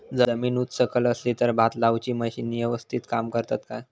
जमीन उच सकल असली तर भात लाऊची मशीना यवस्तीत काम करतत काय?